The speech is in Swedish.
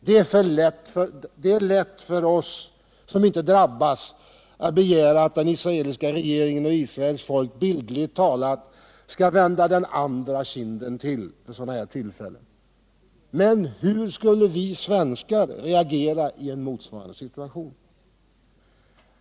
Det är lätt för oss som inte drabbats att begära att den israeliska regeringen och Israels folk bildligt talat skall ”vända den andra kinden till”. Men hur skulle vi svenskar reagera i motsvarande situation?